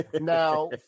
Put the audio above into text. Now